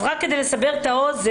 רק כדי לסבר את האוזן,